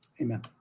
Amen